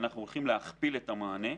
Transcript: אנחנו הולכים להכפיל את המענה.